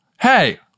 Hey